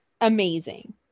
amazing